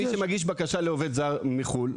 מי שמגיש בקשה לעובד זר מחו"ל,